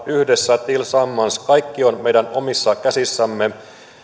yhdessä tillsammans kaikki on meidän omissa käsissämme